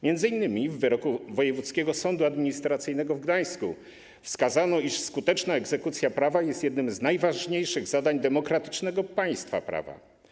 M.in. w wyroku Wojewódzkiego Sądu Administracyjnego w Gdańsku wskazano, iż skuteczna egzekucja prawa jest jednym z najważniejszych zadań demokratycznego państwa prawa.